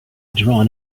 drawn